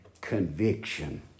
conviction